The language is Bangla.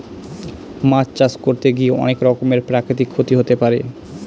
মাছ চাষ করতে গিয়ে অনেক রকমের প্রাকৃতিক ক্ষতি হতে পারে